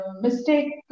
Mistake